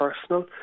personal